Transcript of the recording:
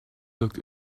looked